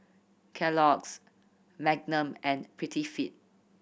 Kellogg's Magnum and Prettyfit